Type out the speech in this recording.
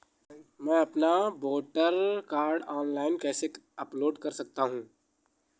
मैं अपना voter card online कैसे अपलोड कर सकता हूँ?